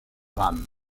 rames